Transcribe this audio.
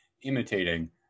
imitating